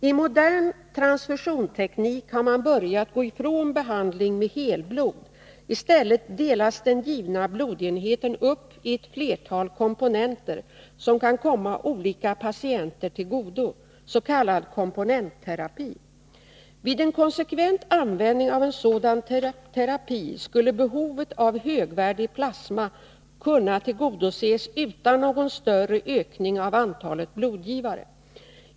I modern transfusionsteknik har man börjat gå ifrån behandling med helblod. I stället delas den givna blodenheten upp i ett antal komponenter som kan komma olika patienter till godo, s.k. komponentterapi. Vid en konsekvent användning av en sådan terapi skulle behovet av högvärdig plasma kunna tillgodoses utan någon större ökning av antalet blodgivare.